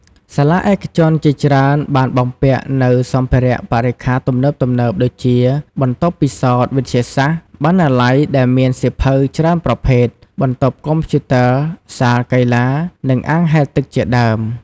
សាលាឯកជនជាច្រើនបានបំពាក់នូវ សម្ភារៈបរិក្ខារទំនើបៗ ដូចជា បន្ទប់ពិសោធន៍វិទ្យាសាស្ត្រ បណ្ណាល័យដែលមានសៀវភៅច្រើនប្រភេទ បន្ទប់កុំព្យូទ័រ សាលកីឡា និងអាងហែលទឹកជាដើម។